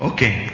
Okay